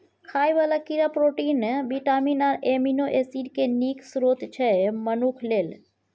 खाइ बला कीड़ा प्रोटीन, बिटामिन आ एमिनो एसिड केँ नीक स्रोत छै मनुख लेल